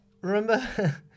remember